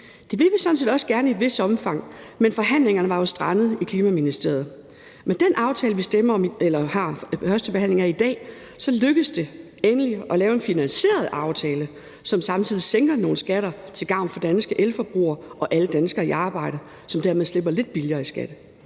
set også gerne i et vist omfang, men forhandlingerne var jo strandet i Klimaministeriet. Med den aftale, vi har til første behandling her i dag, lykkes det endelig at lave en finansieret aftale, som samtidig sænker nogle skatter til gavn for danske elforbrugere og alle danskere i arbejde, som dermed slipper lidt billigere i skat,